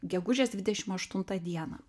gegužės dvidešimt aštuntą dieną